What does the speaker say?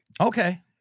Okay